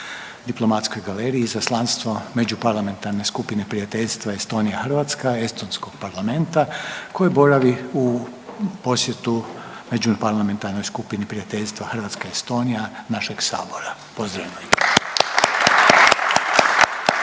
diplomatskoj galeriji izaslanstvo međuparlamentarne skupine prijateljstva Estonija – Hrvatska, Estonskog parlamenta koje boravi u posjetu međuparlamentarnoj skupini prijateljstva Hrvatska – Estonija našeg Sabora. Pozdravimo ih.